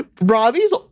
Robbie's